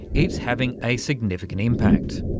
it's having a significant impact.